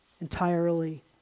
entirely